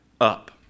up